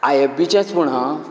I F B चेच पूण हां